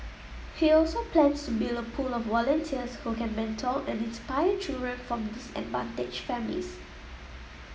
he also plans to build a pool of volunteers who can mentor and inspire children from disadvantaged families